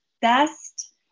best